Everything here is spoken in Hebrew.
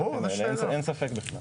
אין ספק בכלל.